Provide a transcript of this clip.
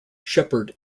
sheppard